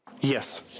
Yes